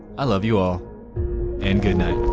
i love you all and good night.